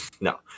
no